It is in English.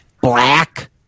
black